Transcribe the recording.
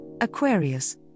Aquarius